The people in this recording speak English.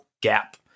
gap